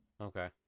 Okay